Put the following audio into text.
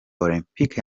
olempike